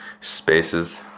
spaces